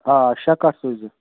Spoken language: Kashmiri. آ شےٚ کَٹھ سوٗزۍزیٚو